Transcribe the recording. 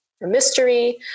mystery